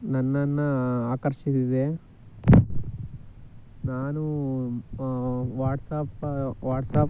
ನನ್ನನ್ನು ಆಕರ್ಷಿಸಿದೆ ನಾನು ವಾಟ್ಸಾಪ್ಪ ವಾಟ್ಸಾಪ್